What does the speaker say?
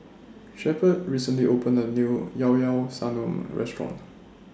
Shepherd recently opened A New Llao Llao Sanum Restaurant